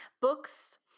books